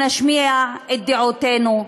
אנחנו נשמיע את דעותינו,